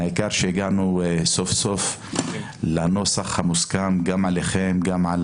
העיקר שהגענו סוף סוף לנוסח המוסכם גם עליכם וגם על